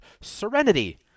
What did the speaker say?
Serenity